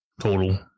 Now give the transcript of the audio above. total